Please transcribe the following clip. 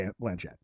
Blanchett